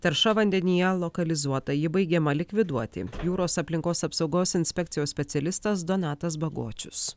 tarša vandenyje lokalizuota ji baigiama likviduoti jūros aplinkos apsaugos inspekcijos specialistas donatas bagočius